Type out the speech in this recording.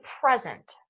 present